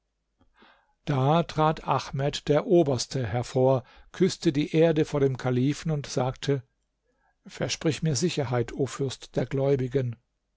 da trat ahmed der oberste hervor küßte die erde vor dem kalifen und sagte versprich mir sicherheit o fürst der gläubigen